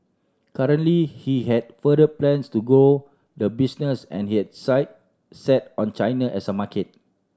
currently he had further plans to grow the business and yet sight set on China as a market